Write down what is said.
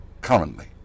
Currently